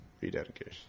Rededication